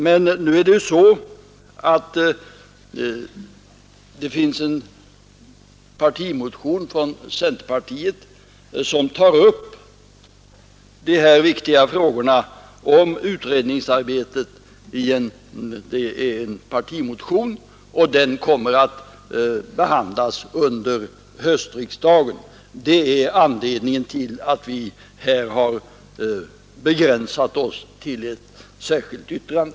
Men nu finns det ju en partimotion från centerpartiet som tar upp dessa viktiga frågor om utredningsarbetet, och denna partimotion kommer att behandlas under höstriksdagen. Det är anledningen till att vi här har begränsat oss till ett särskilt yttrande.